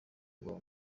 angola